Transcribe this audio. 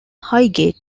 highgate